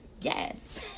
yes